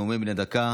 נאומים בני דקה.